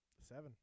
Seven